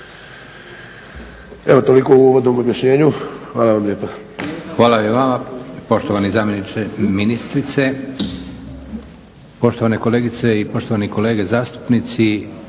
Evo toliko u uvodnom objašnjenju. Hvala vam lijepa. **Leko, Josip (SDP)** Hvala i vama poštovani zamjeniče ministrice. Poštovane kolegice i poštovani kolege zastupnici